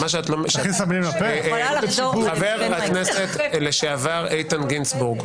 תודה, חבר הכנסת לשעבר גינזבורג.